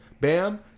Bam